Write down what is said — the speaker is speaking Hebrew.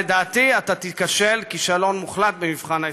לדעתי אתה תיכשל כישלון מוחלט במבחן ההיסטוריה.